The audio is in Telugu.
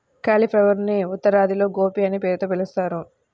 క్యాలిఫ్లవరునే ఉత్తరాదిలో గోబీ అనే పేరుతో పిలుస్తారు